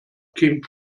came